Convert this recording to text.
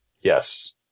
Yes